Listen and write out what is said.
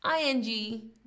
ing